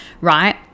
right